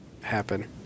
Happen